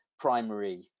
primary